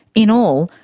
in all,